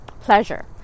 pleasure